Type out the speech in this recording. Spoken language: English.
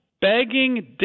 begging